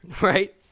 Right